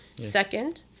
Second